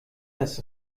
das